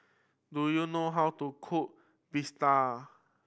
do you know how to cook bistake